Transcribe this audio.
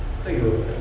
I thought you I